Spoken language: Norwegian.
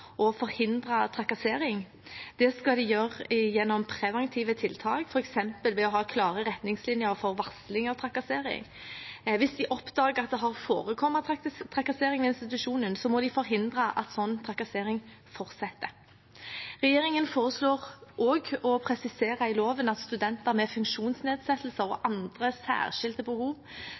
og forhindre trakassering. Det skal de gjøre gjennom preventive tiltak, f.eks. ved å ha klare retningslinjer for varsling av trakassering. Hvis de oppdager at det har forekommet trakassering ved institusjonen, må de forhindre at sånn trakassering fortsetter. Regjeringen foreslår også å presisere i loven at studenter med funksjonsnedsettelser og andre særskilte behov